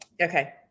Okay